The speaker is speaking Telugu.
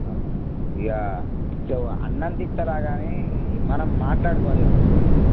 ఇక అన్నంత ఇస్తాలే గానీ మనం మాట్లాడుకోవాలె కూర్చొని